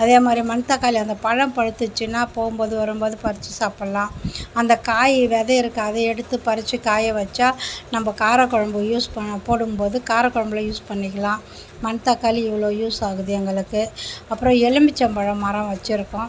அதேமாதிரி மணத்தக்காளி அந்த பழம் பழுத்துசின்னா போம்போது வரும்போது பறிச்சு சாப்பிடலாம் அந்த காய் வித இருக்கு அதை எடுத்து பறிச்சு காய வச்சா நம்ப கார குழம்பு யூஸ் பண்ண போடும்போது கார குழம்புல யூஸ் பண்ணிக்கலாம் மணத்தக்காளி இவ்வளோ யூஸ் ஆகுது எங்களுக்கு அப்புறோம் எலுமிச்சம் பழம் மரம் வச்சியிருக்கோம்